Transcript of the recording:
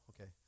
okay